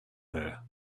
there